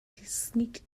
sneaked